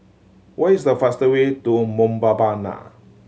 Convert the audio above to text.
what is the fast way to Mbabana